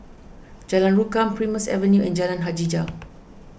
Jalan Rukam Primrose Avenue and Jalan Hajijah